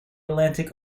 atlantic